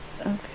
Okay